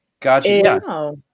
Gotcha